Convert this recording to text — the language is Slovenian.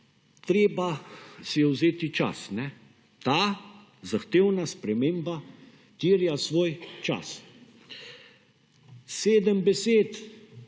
treba si je vzeti čas. Ta zahtevna sprememba terja svoj čas. 7 besed